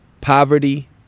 poverty